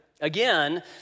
Again